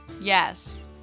Yes